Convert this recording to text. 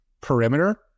perimeter